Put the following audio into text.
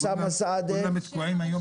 כולם תקועים היום